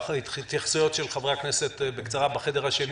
אני מבקש התייחסויות של חברי הכנסת בקצרה בחדר השני.